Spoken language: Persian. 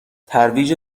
ترویج